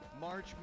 March